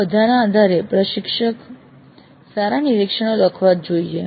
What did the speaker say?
આ બધાના આધારે પ્રશિક્ષકે સારાંશ નિરીક્ષણો લખવા જ જોઈએ